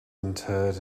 interred